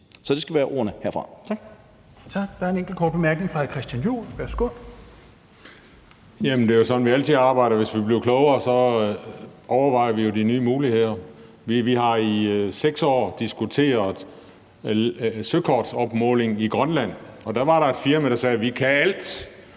Helveg Petersen): Tak. Der er en enkelt kort bemærkning fra hr. Christian Juhl. Værsgo. Kl. 11:03 Christian Juhl (EL): Jamen det er jo sådan, vi altid arbejder; hvis vi bliver klogere, overvejer vi jo de nye muligheder. Vi har i 6 år diskuteret søkortopmåling i Grønland, og der var der et firma, der sagde: Vi kan alt